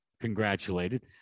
congratulated